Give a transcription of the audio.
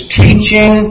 teaching